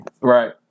right